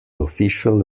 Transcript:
official